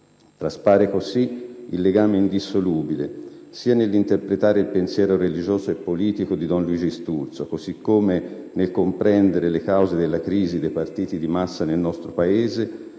Traspare così il legame indissolubile - sia nell'interpretare il pensiero religioso e politico di Don Luigi Sturzo, così come nel comprendere le cause della crisi dei partiti di massa nel nostro Paese